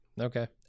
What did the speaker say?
okay